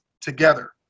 together